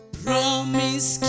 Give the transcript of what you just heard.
promise